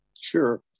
Sure